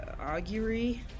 Augury